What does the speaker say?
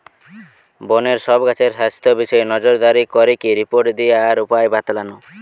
বনের সব গাছের স্বাস্থ্য বিষয়ে নজরদারি করিকি রিপোর্ট দিয়া আর উপায় বাৎলানা